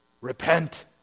repent